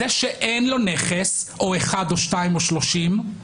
זה שאין לו נכס או אחד או שניים או שלושים,